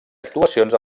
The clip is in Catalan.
actuacions